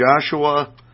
Joshua